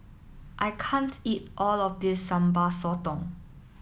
I eat all of this Sambal Sotong